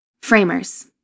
Framers